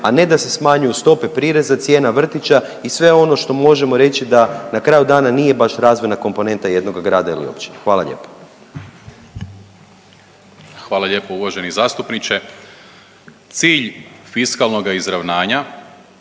a ne da se smanjuju stope prireza, cijena vrtića i sve ono što možemo reći da na kraju dana nije baš razvojna komponenta jednog grada ili općine. Hvala lijepo. **Primorac, Marko** Hvala lijepo uvaženi zastupniče. Cilj fiskalnoga izravnanja